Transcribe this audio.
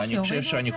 שיורידו את זה?